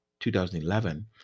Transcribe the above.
2011